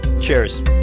Cheers